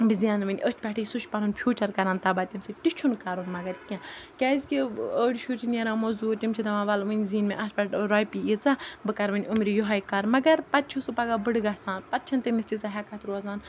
بہٕ زینہٕ وۄنۍ أتھۍ پٮ۪ٹھٕے سُہ چھِ پَنُن فیوٗچَر کَران تباہ تَمہِ سۭتۍ تہِ چھُنہٕ کَرُن مگر کینٛہہ کیٛازِکہِ أڑۍ شُرۍ چھِ نیران مٔزوٗرۍ تِم چھِ دَپان وَلہٕ وٕنہِ زیٖنۍ مےٚ اَتھ پٮ۪ٹھ رۄپیہِ ییٖژاہ بہٕ کَرٕ وۄنۍ اُمرِ یوٚہَے کار مگر پَتہٕ چھِ سُہ پَگاہ بٕڑٕ گژھان پَتہٕ چھَنہٕ تٔمِس تیٖژاہ ہٮ۪کَتھ روزان